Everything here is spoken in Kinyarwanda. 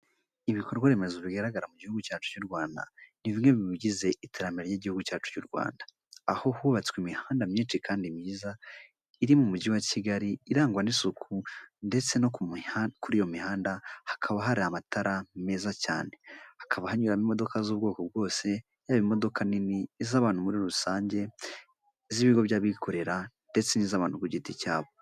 Ibikorwa remezo bigaragara mu gihugu cyacu cy'u Rwanda, ni bimwe mu bigize iterambere ry'igihugu cyacu cy'u Rwanda. Aho hubatswe imihanda myinshi kandi myiza iri mu mujyi wa kigali irangwa n'isuku ndetse no kuri iyo mihanda hakaba hari amatara meza cyane. Hakaba hanyuragamo imodoka z'ubwoko bwose yaba imodoka nini z'abantu muri rusange iz'ibigo by'abikorera ndetse n'iz'abantu ku giti cyabo.